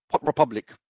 republic